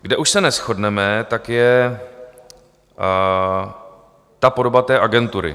Kde už se neshodneme, je ta podoba té agentury.